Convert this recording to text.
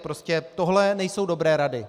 Prostě tohle nejsou dobré rady.